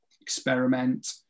experiment